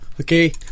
okay